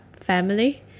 family